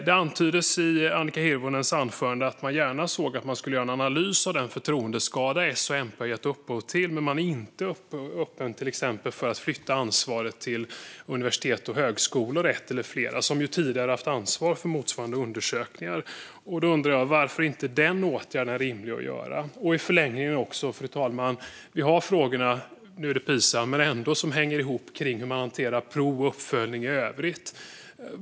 Det antyddes i Annika Hirvonens anförande att man gärna ser att det görs en analys av den förtroendeskada som S och MP har gett upphov till. Man är dock inte öppen för att till exempel flytta ansvaret till universitet och högskolor, som ju tidigare haft ansvar för motsvarande undersökningar. Jag undrar varför denna åtgärd inte är rimlig att vidta. Fru talman! Vi har frågor - nu gäller det Pisa - som hänger ihop med hur man hanterar prov och uppföljning i övrigt.